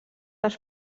els